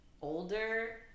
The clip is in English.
older